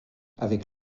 avec